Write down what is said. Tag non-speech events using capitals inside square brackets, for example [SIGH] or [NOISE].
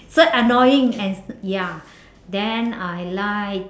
so annoying and [NOISE] ya then I like